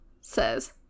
says